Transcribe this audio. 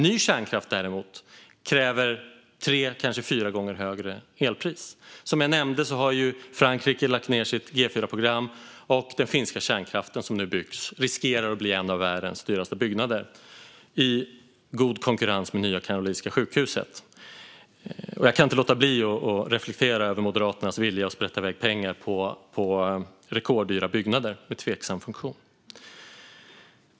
Ny kärnkraft däremot kräver tre kanske fyra gånger högre elpris. Som jag nämnde har Frankrike lagt ned sitt generation IV-program. Den finska kärnkraften som nu byggs riskerar att bli en av världens dyraste byggnader, i god konkurrens med Nya Karolinska sjukhuset. Jag kan inte låta bli att reflektera över Moderaternas vilja att sprätta iväg pengar på rekorddyra byggnader med tveksam funktion.